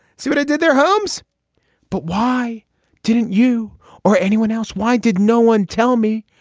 see what i did there? holmes but why didn't you or anyone else? why did no one tell me?